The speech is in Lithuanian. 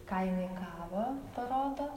ką jinai gavo parodo